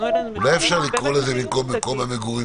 אולי אפשר לקרוא לזה במקום מקום המגורים,